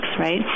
right